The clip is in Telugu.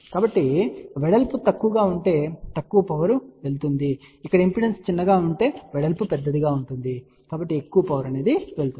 కాబట్టి వెడల్పు తక్కువ గా ఉంటే తక్కువ పవర్ వెళ్తుంది ఇక్కడ ఇంపిడెన్స్ చిన్నగా ఉంటే వెడల్పు పెద్దదిగా ఉంటుంది కాబట్టి ఎక్కువ పవర్ వెళ్తుంది